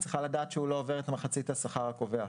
צריכה לדעת שהוא לא עובר את מחצית השכר הקובע.